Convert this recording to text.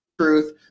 truth